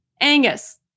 Angus